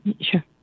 Sure